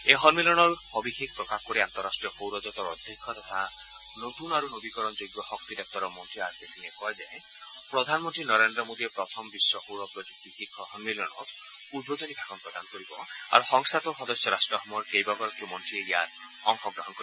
এই সন্মিলনৰ সৱিশেষ প্ৰকাশ কৰি আন্তঃৰাষ্ট্ৰীয় সৌৰজেঁটৰ অধ্যক্ষ তথা নতুন আৰু নবীকৰণযোগ্য শক্তি দপ্তৰৰ মন্ত্ৰী আৰ কে সিঙে কয় যে প্ৰধানমন্ত্ৰী নৰেন্দ্ৰ মোডীয়ে প্ৰথম বিখ্ সৌৰ প্ৰযুক্তি শীৰ্ষ সন্মিলনত উদ্বোধনী ভাষণ প্ৰদান কৰিব আৰু সংস্থাটোৰ সদস্য ৰাষ্ট্ৰসমূহৰ কেইবাগৰাকীও মন্ত্ৰীয়ে ইয়াত অংশগ্ৰহণ কৰিব